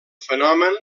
fenomen